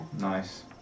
Nice